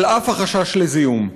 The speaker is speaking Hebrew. על אף החשש לזיהום.